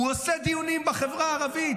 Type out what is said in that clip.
הוא עשה דיונים על החברה הערבית.